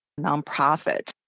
nonprofit